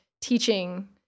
teaching